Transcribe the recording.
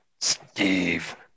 Steve